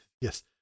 Yes